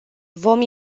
vom